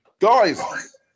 Guys